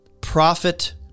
prophet